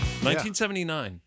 1979